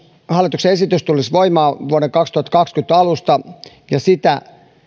hallituksen esitys tulisi voimaan vuoden kaksituhattakaksikymmentä alusta ja sitä